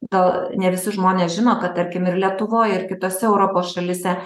gal ne visi žmonės žino kad tarkim ir lietuvoj ir kitose europos šalyse